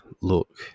look